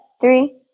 Three